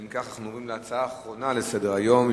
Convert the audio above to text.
אנחנו עוברים להצעה האחרונה שעל סדר-היום,